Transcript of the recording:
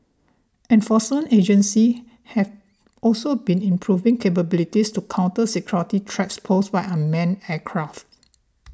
enforce agencies have also been improving capabilities to counter security threats posed by unmanned aircraft